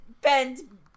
bend